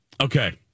Okay